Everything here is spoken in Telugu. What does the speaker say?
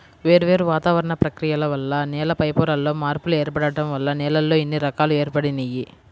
వేర్వేరు వాతావరణ ప్రక్రియల వల్ల నేల పైపొరల్లో మార్పులు ఏర్పడటం వల్ల నేలల్లో ఇన్ని రకాలు ఏర్పడినియ్యి